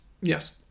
Yes